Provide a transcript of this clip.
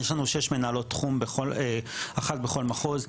יש לנו שש מנהלות תחום אחת בכל מחוז,